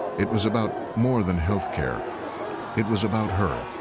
it was about more than health care it was about her.